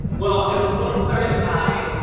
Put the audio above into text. well it was supposed to start at nine,